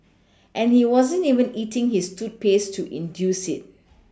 and he wasn't even eating his toothpaste to induce it